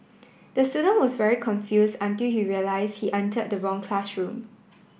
the student was very confuse until he realize he entered the wrong classroom